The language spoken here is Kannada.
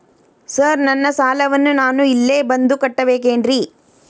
ಸರ್ ನನ್ನ ಸಾಲವನ್ನು ನಾನು ಇಲ್ಲೇ ಬಂದು ಕಟ್ಟಬೇಕೇನ್ರಿ?